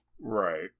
Right